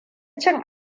cin